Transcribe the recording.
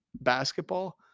basketball